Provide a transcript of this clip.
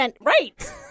Right